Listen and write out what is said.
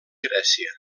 grècia